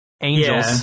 angels